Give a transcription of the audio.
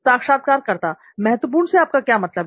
साक्षात्कारकर्ता महत्वपूर्ण से आपका क्या मतलब है